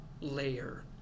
layer